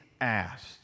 asked